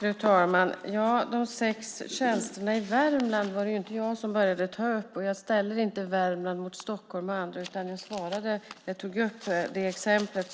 Fru talman! De sex tjänsterna i Värmland var det inte jag som började ta upp. Jag ställer inte Värmland mot Stockholm och andra, utan jag tog upp det exempel